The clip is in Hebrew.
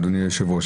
אדוני היושב-ראש.